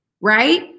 right